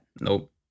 Nope